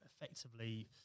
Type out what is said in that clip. effectively